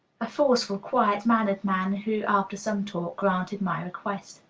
a forceful, quiet-mannered man, who, after some talk, granted my request.